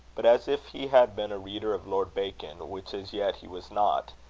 but as if he had been a reader of lord bacon, which as yet he was not,